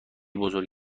بزرگ